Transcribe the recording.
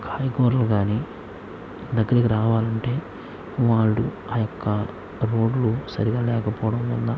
కాయగూరలు కానీ దగ్గరికి రావాలంటే వాళ్ళు ఆయొక్క రోడ్లు సరిగ్గా లేకపోవడం వల్ల